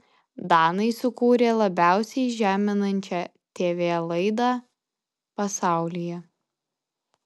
danai sukūrė labiausiai žeminančią tv laidą pasaulyje